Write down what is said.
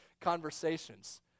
conversations